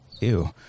Ew